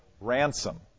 ransom